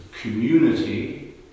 community